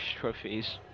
trophies